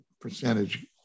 percentage